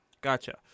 Gotcha